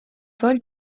vol